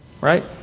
Right